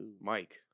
Mike